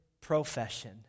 profession